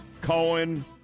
Cohen